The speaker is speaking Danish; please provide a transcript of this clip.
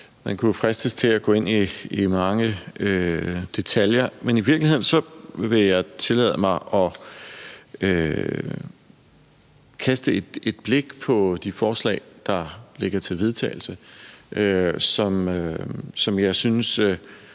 Man kunne jo fristes til at gå ind i mange detaljer, men i virkeligheden vil jeg tillade mig at kaste et blik på de forslag til vedtagelse, der ligger.